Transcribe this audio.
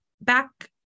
back